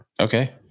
Okay